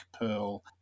Pearl